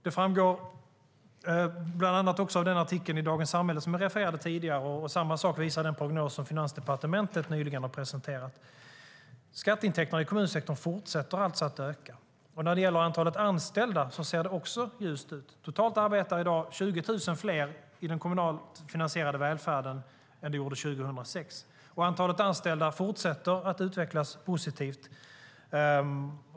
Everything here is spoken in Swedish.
Det framgår också bland annat av den artikel i Dagens Samhälle som jag refererade till tidigare samt den prognos som Finansdepartementet nyligen presenterat. Skatteintäkterna i kommunsektorn fortsätter alltså att öka. När det gäller antalet anställda ser det också ljust ut. Totalt arbetar i dag 20 000 fler i den kommunalt finansierade välfärden än 2006. Antalet anställda fortsätter att utvecklas positivt.